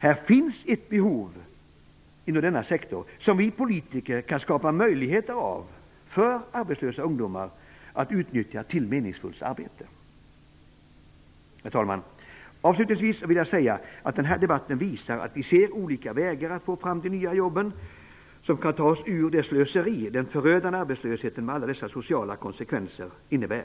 Det finns inom denna sektor ett behov genom vilket vi politiker kan skapa möjligheter för arbetslösa ungdomar till meningsfullt arbete. Herr talman! Avslutningsvis vill jag säga att den här debatten visar att vi ser olika vägar att få fram de nya jobb som kan ta oss ur det slöseri som den förödande arbetslösheten med alla dess sociala konsekvenser innebär.